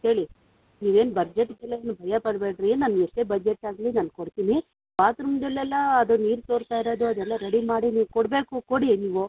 ಹೇಳಿ ನೀವೇನು ಬಜೆಟ್ಗೆಲ್ಲ ನೀವೇನು ಭಯ ಪಡಬೇಡ್ರಿ ನಾನು ಎಷ್ಟೇ ಬಜೆಟ್ ಆಗಲಿ ನಾನು ಕೊಡ್ತೀನಿ ಬಾತ್ರೂಮ್ದಲ್ಲೆಲ್ಲ ಅದು ನೀರು ಸೋರ್ತಾಯಿರೋದು ಅದೆಲ್ಲ ರೆಡಿ ಮಾಡಿ ನೀವು ಕೊಡಬೇಕು ಕೊಡಿ ನೀವು